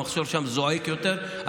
המחסור שם זועק יותר,